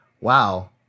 wow